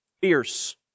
fierce